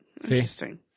Interesting